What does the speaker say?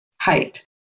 height